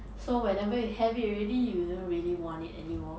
so whenever you have it already you won't really want it anymore